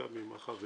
חלקם עם החברים,